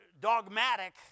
dogmatic